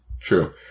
True